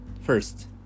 first